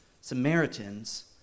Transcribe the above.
Samaritans